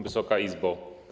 Wysoka Izbo!